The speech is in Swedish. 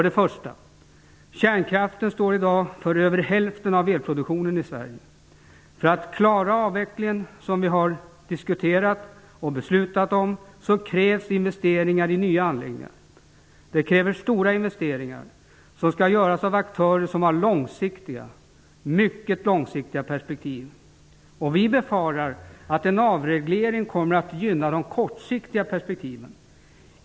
Den första gäller kärnkraften. Den står i dag för över hälften av elproduktinonen i Sverige. För att klara avvecklingen som vi har diskuterat och beslutat om krävs investeringar i nya anläggningar. Stora investeringar skall göras av aktörer med mycket långsiktiga perspektiv, och vi befarar att en avreglering kommer att gynna de kortsiktiga perspektiven.